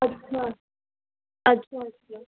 अच्छा अच्छा अच्छा